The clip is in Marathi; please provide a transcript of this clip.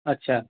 अच्छा